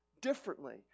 differently